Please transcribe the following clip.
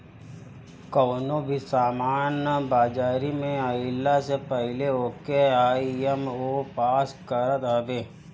कवनो भी सामान बाजारी में आइला से पहिले ओके आई.एस.ओ पास करत हवे